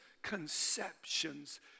conceptions